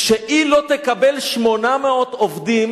כשהיא לא תקבל 800 עובדים